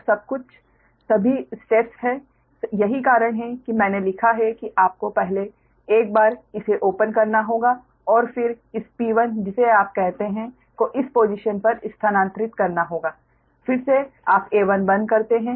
तो सब कुछ सभी स्टेप्स है यही कारण है कि मैंने लिखा है कि आपको पहले एक बार इसे ओपन करना होगा और फिर इस P1 जिसे आप कहते है को इस पोसिशन पर स्थानांतरित करना होगा हैं फिर से आप A1 बंद करते हैं